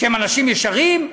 שהם אנשים ישרים?